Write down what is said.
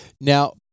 now